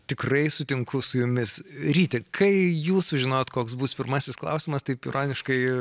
tikrai sutinku su jumis ryti kai jūs sužinojot koks bus pirmasis klausimas taip ironiškai